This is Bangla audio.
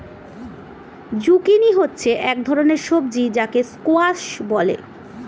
জুকিনি হচ্ছে এক ধরনের সবজি যাকে স্কোয়াশ বলে